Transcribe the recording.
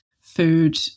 food